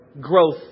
growth